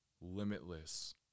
limitless